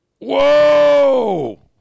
Whoa